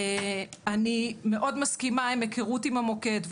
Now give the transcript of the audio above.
אני מאוד מסכימה עם היכרות עם המוקד,